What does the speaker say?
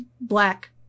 black